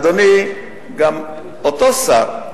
אדוני, אותו שר,